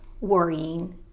worrying